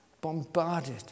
Bombarded